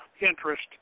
interest